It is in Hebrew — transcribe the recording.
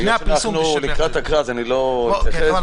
היות שאנחנו לקראת הקראה, אני לא אתייחס.